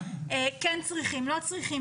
כן צריכים או לא צריכים,